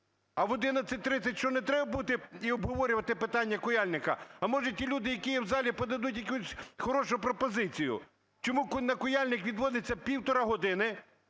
А в 11:30 що, не треба бути і обговорювати питання Куяльника? А, може, ті люди, які є в залі, подадуть якусь хорошу пропозицію? Чому на Куяльник відводиться півтори години,